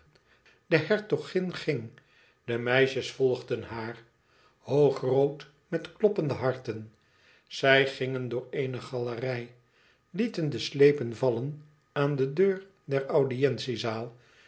de hertogin ging de meisjes volgden haar hoogrood met kloppende harten zij gingen door eene galerij lieten de slepen vallen aan de deur der audientiezaal